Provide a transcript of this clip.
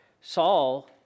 Saul